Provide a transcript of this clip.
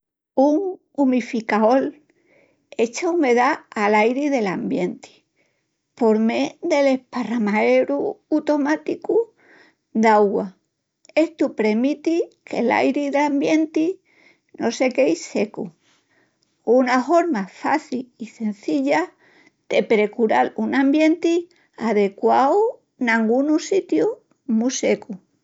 Un umificaol echa umedá al airi del ambienti por mé del esparramaeru utomáticu d'augua, estu premiti que'l airi'l ambienti no se quei secu. Una horma faci i cenzilla de precural un ambienti adequau en angunus sítius mu secus.